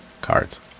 cards